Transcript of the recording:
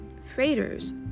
freighters